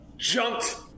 jumped